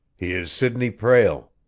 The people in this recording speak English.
he is sidney prale.